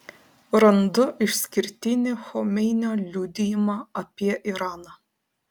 randu išskirtinį chomeinio liudijimą apie iraną